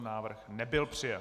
Návrh nebyl přijat.